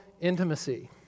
intimacy